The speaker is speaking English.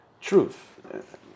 truth